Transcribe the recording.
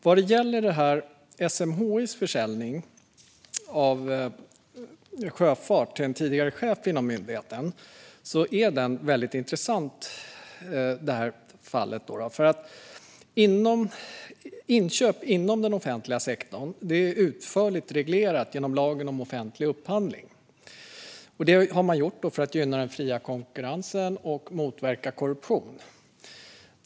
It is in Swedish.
Vad gäller SMHI:s försäljning av Sjöfart till en tidigare chef inom myndigheten är det ett väldigt intressant fall. Inköp inom den offentliga sektorn är utförligt reglerat genom lagen om offentlig upphandling. Detta har man gjort för att gynna den fria konkurrensen och motverka korruption.